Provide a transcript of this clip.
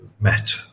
met